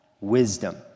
wisdom